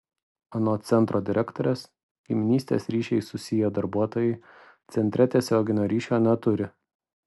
anot centro direktorės giminystės ryšiais susiję darbuotojai centre tiesioginio ryšio neturi